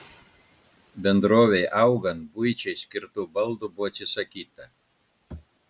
bendrovei augant buičiai skirtų baldų buvo atsisakyta